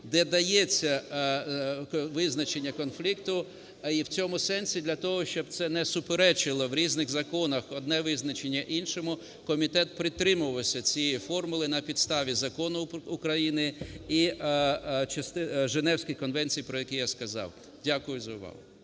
де дається визначення конфлікту, і в цьому сенсі, для того щоб це не суперечило в різних законах одне визначення іншому, комітет притримувався цієї формули на підставі закону України і Женевських конвенцій, про які я сказав. Дякую за увагу.